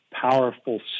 powerful